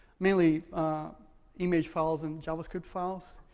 mainly image files and javascript files.